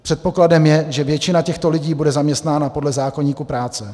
Předpokladem je, že většina těchto lidí bude zaměstnána podle zákoníku práce.